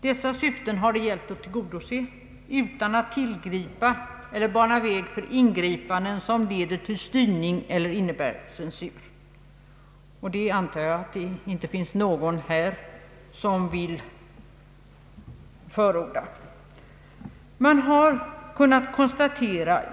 Det har gällt att tillgodose dessa synsätt utan att tillgripa eller bana väg för ingripanden som leder till styrning eller innebär censur, något som jag antar att ingen här vill förorda.